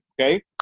okay